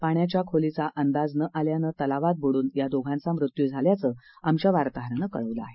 पाण्याच्या खोलीचा अंदाज न आल्यानं तलावात बुड्रन या दोघांचा मृत्यू झाल्याचं आमच्या वार्ताहरानं कळवलं आहे